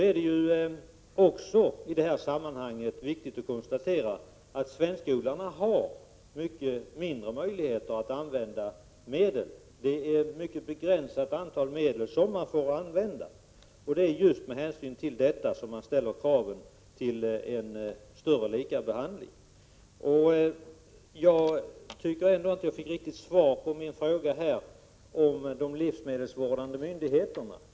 I detta sammanhang är det viktigt att konstatera att de svenska odlarna har mycket mindre möjligheter att använda olika medel. Det är nämligen ett mycket begränsat antal medel som de får använda. Det är just med hänsyn till detta som man kräver att svensk resp. utländsk frukt behandlas lika i större utsträckning än som tidigare varit fallet. Jag fick inte något riktigt svar på min fråga om de livsmedelsvårdande myndigheterna.